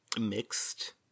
mixed